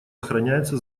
охраняется